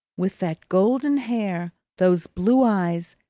with that golden hair, those blue eyes,